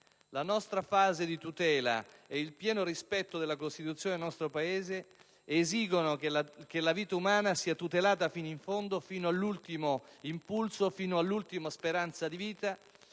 La nostra fase di tutela e il pieno rispetto della Costituzione nel nostro Paese esigono che la vita umana sia tutelata fino in fondo, fino all'ultimo impulso, fino all'ultima speranza di vita,